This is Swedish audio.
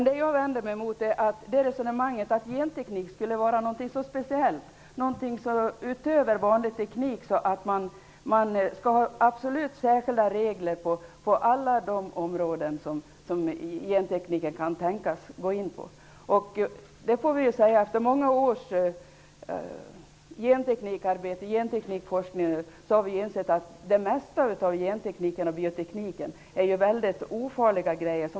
Det jag vänder mig emot är resonemanget att genteknik skulle vara så speciellt, något utöver vanlig teknik, att man absolut skall ha särskilda regler på alla de områden där genteknik kan tänkas komma in. Efter många års genteknikforskning har vi insett att det mesta i genteknik och bioteknik är ofarligt.